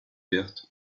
vertes